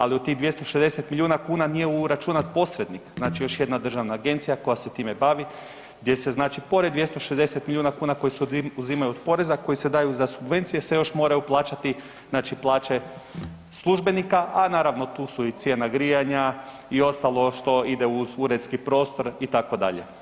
Ali u tih 260 milijuna kuna nije uračunati posrednik, znači još jedna državna agencija koja se time bavi, gdje se znači pored 260 milijuna kuna, koji su uzimaju od poreza, koji se daju za subvencije se još moraju plaćati znači plaće službenika, a naravno tu su i cijena grijanja i ostalo što ide uz uredski prostor, itd.